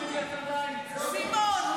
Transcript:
סימון,